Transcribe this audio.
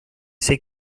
sei